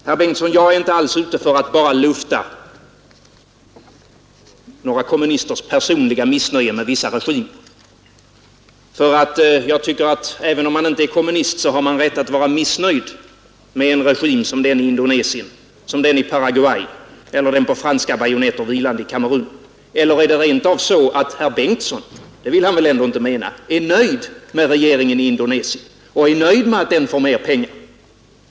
Herr Bengtson, jag är inte alls ute för att bara lufta några kommunisters personliga missnöje med vissa regimer. Jag tycker att även om man inte är kommunist har man rätt att vara missnöjd med en regim som den i Indonesien, den i Paraguay eller den på franska bajonetter vilande regimen i Kamerun. Eller är det rentav så att herr Bengtson — det vill han väl ändå inte mena — är nöjd med regeringen i Indonesien och är nöjd med att den får mer pengar?